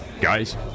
guys